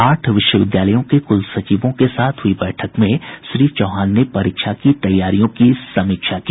आठ विश्वविद्यालयों के कुलसचिवों के साथ हुई बैठक में श्री चौहान ने परीक्षा की तैयारियों की समीक्षा की